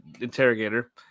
interrogator